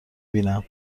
بینم